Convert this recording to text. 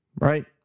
Right